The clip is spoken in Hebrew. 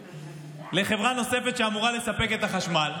לחברה נוספת שאמורה לספק את החשמל,